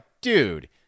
dude